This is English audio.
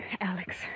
Alex